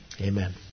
Amen